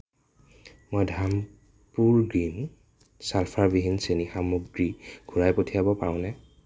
মই ধামপুৰ গ্ৰীণ চালফাৰবিহীন চেনি সামগ্ৰী ঘূৰাই পঠিয়াব পাৰোঁনে